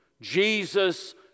Jesus